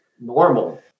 normal